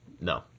No